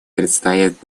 предстоит